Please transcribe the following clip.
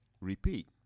repeat